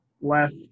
left